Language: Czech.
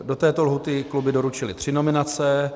Do této lhůty kluby doručily tři nominace.